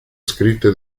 scritte